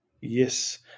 Yes